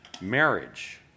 marriage